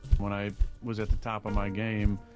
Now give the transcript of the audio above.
when i was at the top of my game,